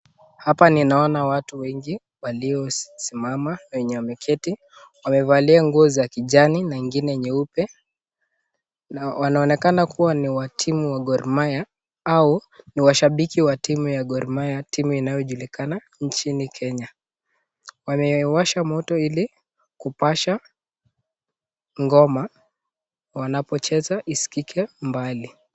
Hapa ninaona watu wengi waliosimama na wenye wameketi wamevalia nguo za kijani na ingine nyeupe na wanaonekana kuwa ni wa timu wa Gormahia au ni washabiki wa timu wa Gormahia, timu inayojulikana nchini Kenya. Wamewasha moto ili kupasha ngoma wanapocheza isikike mbali.